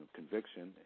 conviction